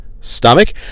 stomach